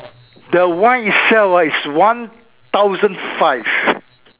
the wine itself ah is one thousand five